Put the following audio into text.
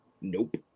nope